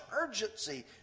urgency